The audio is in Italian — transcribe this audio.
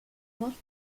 volta